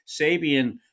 Sabian